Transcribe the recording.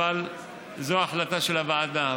אבל זו ההחלטה של הוועדה.